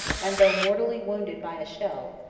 and though mortally wounded by a shell,